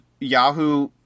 Yahoo